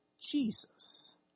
Jesus